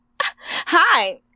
Hi